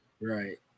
Right